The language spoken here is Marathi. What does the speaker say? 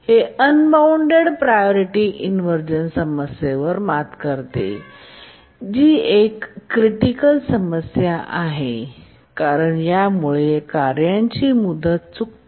हे अनबॉऊण्डेड प्रायोरिटी इनव्हर्जन समस्येवर मात करते जी एक क्रिटिकल समस्या आहे कारण यामुळे कार्यांची त्यांची मुदत चुकली